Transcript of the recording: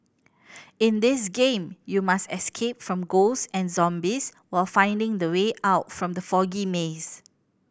in this game you must escape from ghost and zombies while finding the way out from the foggy maze